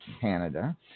Canada